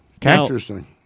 Interesting